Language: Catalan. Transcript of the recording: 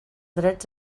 drets